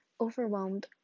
overwhelmed